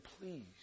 please